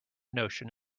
notion